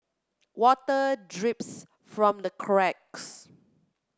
water drips from the cracks